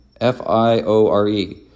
F-I-O-R-E